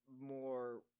more